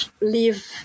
leave